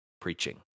preaching